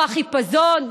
או החיפזון,